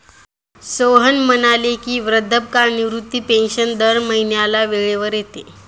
सोहन म्हणाले की, वृद्धापकाळ निवृत्ती पेन्शन दर महिन्याला वेळेवर येते